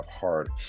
hard